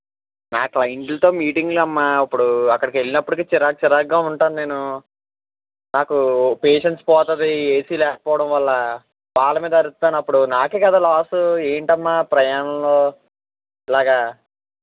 నా క్లయింట్లతో మీటింగులమ్మా ఇప్పుడు అక్కడికి వెళ్ళినప్పటికీ చిరాకు చిరాకుగా ఉంటాను నేను నాకు పేషన్స్ పోతుంది ఏసీ లేకపోవడం వల్ల వాళ్ళ మీద అరుస్తాను అప్పుడు నాకే కదా లాసు ఏంటమ్మా ప్రయాణంలో ఇలాగా